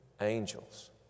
angels